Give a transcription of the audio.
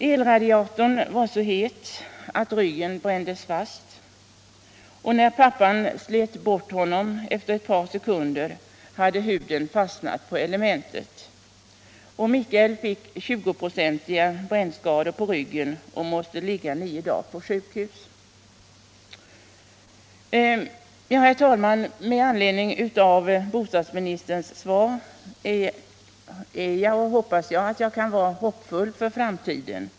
Elradiatorn var så het att ryggen brändes fast, och när pappan slet bort pojken efter ett par sekunder hade huden fastnat i elementet. Mikael fick 20-procentiga brännskador på ryggen och måste ligga nio dagar på sjukhus. Herr talman! Med anledning av bostadsministerns svar utgår jag från att jag kan vara hoppfull för framtiden.